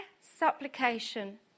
supplication